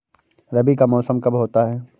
रबी का मौसम कब होता हैं?